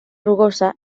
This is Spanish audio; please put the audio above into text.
rugosa